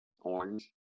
Orange